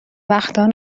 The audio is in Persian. بختان